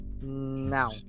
now